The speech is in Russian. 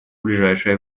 ближайшее